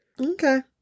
Okay